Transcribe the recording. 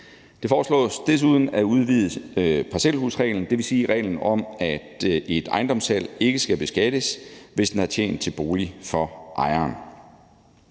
Det foreslås desuden at udvide parcelhusreglen, dvs. reglen om, at et ejendomssalg ikke skal beskattes, hvis den har tjent til bolig for ejeren.